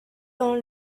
dans